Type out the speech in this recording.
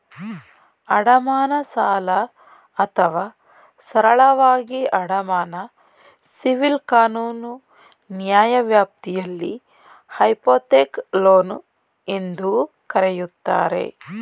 ಅಡಮಾನ ಸಾಲ ಅಥವಾ ಸರಳವಾಗಿ ಅಡಮಾನ ಸಿವಿಲ್ ಕಾನೂನು ನ್ಯಾಯವ್ಯಾಪ್ತಿಯಲ್ಲಿ ಹೈಪೋಥೆಕ್ ಲೋನ್ ಎಂದೂ ಕರೆಯುತ್ತಾರೆ